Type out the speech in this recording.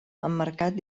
emmarcat